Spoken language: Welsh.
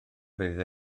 fydd